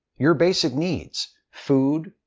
your basic needs food,